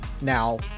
Now